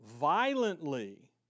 violently